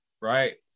Right